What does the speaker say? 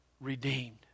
redeemed